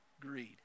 greed